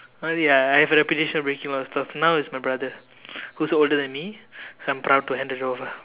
ya I have a reputation for breaking a lot of stuff now is my brother who is older than me so I am proud to hand it over